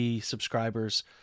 subscribers